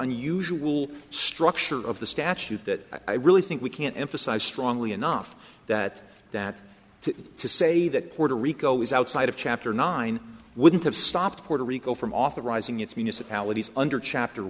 unusual structure of the statute that i really think we can't emphasize strongly enough that that to to say that puerto rico is outside of chapter nine wouldn't have stopped puerto rico from authorizing its municipalities under chapter